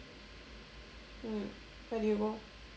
mm where did you go